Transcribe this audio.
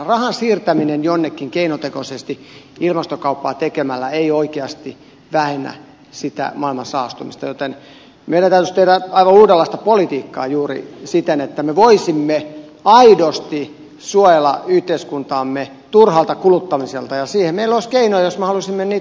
rahan siirtäminen jonnekin keinotekoisesti ilmastokauppaa tekemällä ei oikeasti vähennä sitä maailman saastumista joten meidän täytyisi tehdä aivan uudenlaista politiikkaa juuri siten että me voisimme aidosti suojella yhteiskuntaamme turhalta kuluttamiselta ja siihen meillä olisi keinoja jos me haluaisimme niitä käyttää